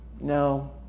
no